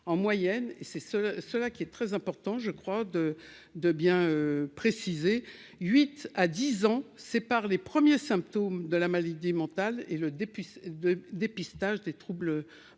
en moyenne et c'est-ce cela qui est très important, je crois, de de bien préciser 8 à 10 ans séparent les premiers symptômes de la maladie mentale et le député de dépistage des troubles mentaux,